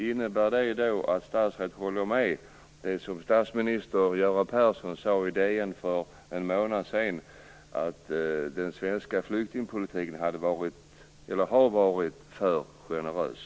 Innebär det att statsrådet håller med om det som statsminister Göran Persson sade i Dagens Nyheter för en månad sedan, att den svenska flyktingpolitiken har varit för generös?